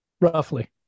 roughly